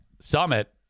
summit